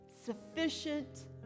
sufficient